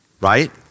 Right